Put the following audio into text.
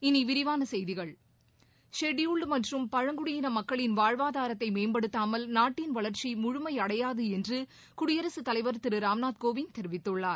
இனி விரிவான செய்திகள் ஷெட்யூடுல் மற்றும் பழங்குடியின மக்களின் வாழ்வாதாரத்தை மேம்படுத்தாமல் நாட்டின் வளர்ச்சி முழுமை அடையாது என்று குடியரசுத் தலைவர் திரு ராம்நாத் கோவிந்த் தெரிவித்துள்ளார்